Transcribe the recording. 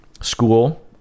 School